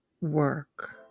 work